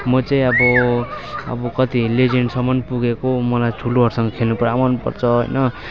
म चाहिँ अब अब कति लिजेन्डसम्म पुगेको मलाई ठुलोहरूसँग खेल्नु पुरा मन पर्छ होइन